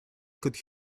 could